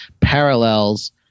parallels